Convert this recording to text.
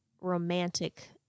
romantic